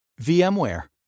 VMware